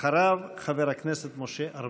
אחריו, חבר הכנסת משה ארבל.